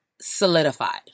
solidified